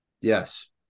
Yes